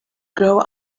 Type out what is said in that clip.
grow